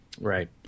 Right